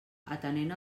atenent